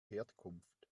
herkunft